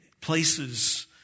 places